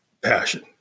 passion